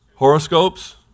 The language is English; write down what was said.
Horoscopes